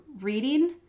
reading